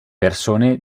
persone